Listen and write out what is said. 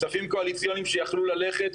כספים קואליציוניים שיכלו ללכת,